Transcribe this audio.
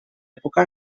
època